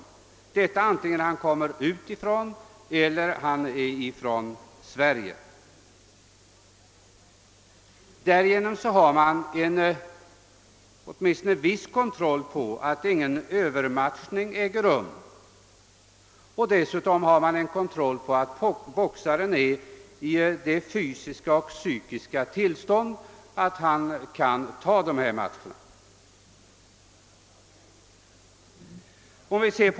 Detta krav måste uppfyllas vare sig boxaren kommer utifrån eller är från Sverige. Därigenom har man åtminstone en viss kontroll på att ingen »Öövermatchning» förekommer, och dessutom har man en kontroll på att boxaren befinner sig i det fysiska och psykiska tillståndet, att han kan ta ifrågavarande match.